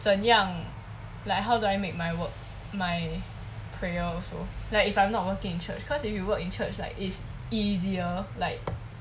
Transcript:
怎样 like how do I make my work my prayer also like if I'm not working in church cause if you work in church like it's easier like